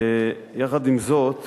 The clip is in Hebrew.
יחד עם זאת,